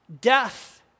death